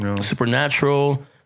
Supernatural